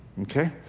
okay